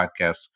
podcasts